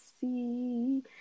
see